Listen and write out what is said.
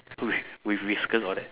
with with whiskers all that